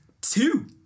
two